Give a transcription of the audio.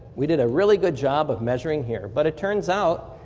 we did a really good job of measuring here. but it turns out,